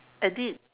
I did